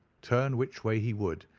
turn which way he would,